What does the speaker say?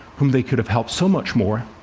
whom they could have helped so much more,